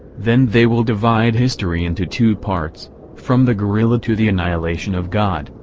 then they will divide history into two parts from the gorilla to the annihilation of god,